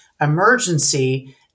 Emergency